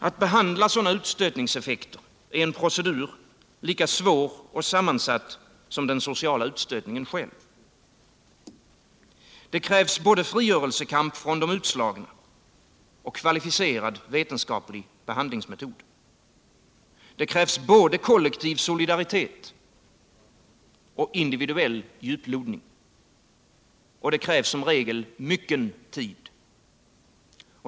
Att behandla sådana utstötningseffekter är en procedur, lika svår och sammansatt som den sociala utstötningen själv. Det krävs både frigörelsekamp från de utslagna och kvalificerad vetenskaplig behandlingsmetod. Det krävs både kollektiv solidaritet och individuell djuplodning. Och det krävs som regel mycken tid.